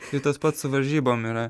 tai tas pats su varžybom yra